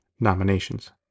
nominations